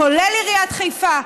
כולל עיריית חיפה,